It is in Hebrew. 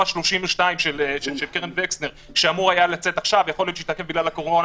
ה-32 של קרן וקסנר שהיה אמור לצאת עכשיו יכול להיות שיתעכב בגלל הקורונה